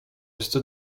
jest